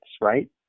right